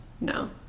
No